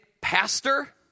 pastor